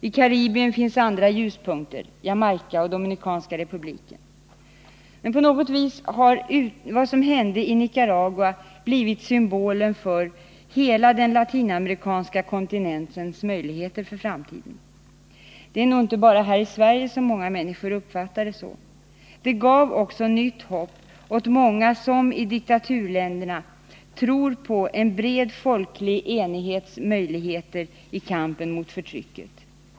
I Karibien finns andra ljuspunkter — Jamaica och Dominikanska republiken. På något vis har vad som hände i Nicaragua blivit symbolen för hela den latinamerikanska kontinentens möjligheter för framtiden. Det är nog inte bara här i Sverige som många människor uppfattar det så. Det gav också nytt hopp åt de många i diktaturländerna som tror på en bred folklig enighets möjligheter i kampen mot förtrycket.